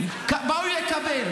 --- מה הוא יקבל?